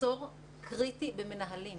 מחסור קריטי במנהלים.